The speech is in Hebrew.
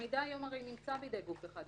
הרי המידע נמצא היום בידי גוף אחד,